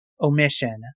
omission